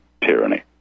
tyranny